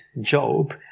Job